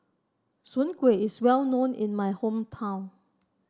Soon Kuih is well known in my hometown